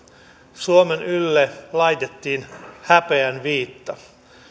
suomen ylle laitettiin häpeän viitta